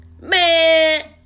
Man